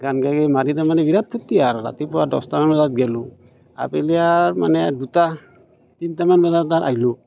গান গাই গাই মাৰি তাৰমানে তাত বিৰাট ফূৰ্তি আৰু ৰাতিপুৱা দহটামান বজাত গ'লোঁ আবেলি আৰু মানে দুটা তিনিটামান বজাত ধৰ আহিলোঁ